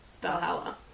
Valhalla